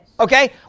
Okay